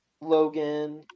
Logan